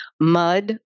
Mud